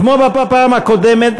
כמו בפעם הקודמת,